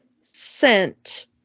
sent